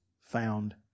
found